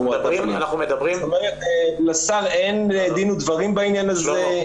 לשר אין דין ודברים בעניין הזה.